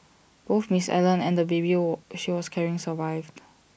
both miss Allen and the baby war she was carrying survived